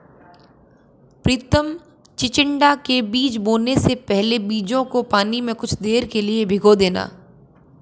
प्रितम चिचिण्डा के बीज बोने से पहले बीजों को पानी में कुछ देर के लिए भिगो देना